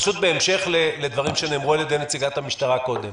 בהמשך לדברים שנאמרו על-ידי נציגת המשטרה קודם,